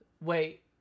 Wait